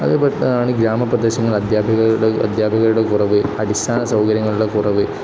അതില്പ്പെട്ടതാണ് ഗ്രാമപ്രദേശങ്ങളില് അധ്യാപകരുടെ കുറവ് അടിസ്ഥാന സൗകര്യങ്ങളുടെ കുറവ്